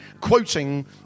quoting